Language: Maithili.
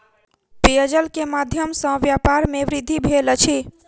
पेयजल के माध्यम सॅ व्यापार में वृद्धि भेल अछि